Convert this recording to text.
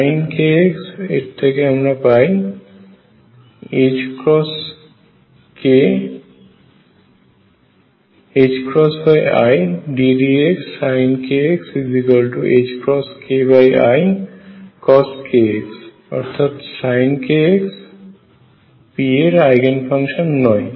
sin kx এর থেকে আমরা পাই iddx sin kx ki cos kx অর্থাৎ sin kx p এর আইগেন ফাংশন নয়